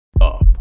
up